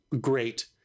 great